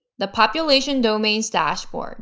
the population domains dashboard